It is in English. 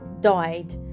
died